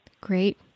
Great